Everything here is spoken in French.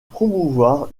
promouvoir